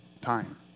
Time